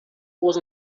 was